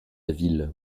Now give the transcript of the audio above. ville